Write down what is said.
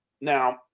Now